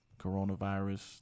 coronavirus